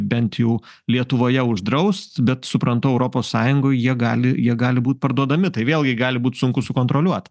bent jau lietuvoje uždrausti bet suprantu europos sąjungoj jie gali jie gali būt parduodami tai vėlgi gali būt sunku sukontroliuot